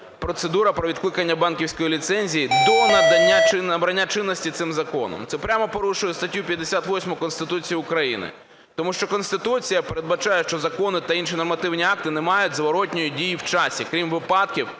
процедура про відкликання банківської ліцензії до надання чи набрання чинності цим законом. Це прямо порушує статтю 58 Конституції України, тому що Конституція передбачає, що закони та інші нормативні акти не мають зворотної дії в часі, крім випадків,